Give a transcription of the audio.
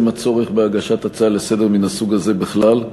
הצורך בהגשת הצעה לסדר-היום מן הסוג הזה בכלל,